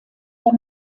der